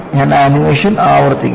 ഞാൻ ആനിമേഷൻ ആവർത്തിക്കും